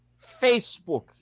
Facebook